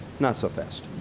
not so fast.